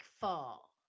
fall